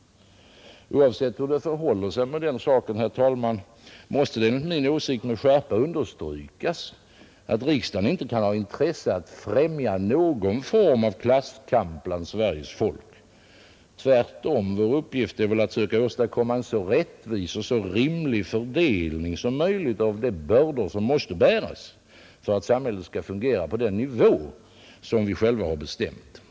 Oavsett hur det förhåller sig med den saken, herr talman, måste det enligt min åsikt med skärpa understrykas att riksdagen inte kan ha intresse av att främja någon form av klasskamp bland Sveriges tolk. Tvärtom är vår uppgift att söka åstadkomma en så rättvis och så rimlig fördelning som möjligt av de bördor som måste bäras för att samhället skall fungera på den nivå som vi själva bestämt.